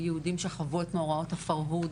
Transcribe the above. יהודים שחוו את מאורעות הפרהוד,